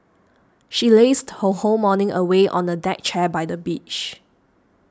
she lazed her whole morning away on a deck chair by the beach